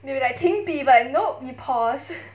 they will be like 停笔 but nope you pause